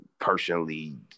personally